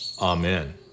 Amen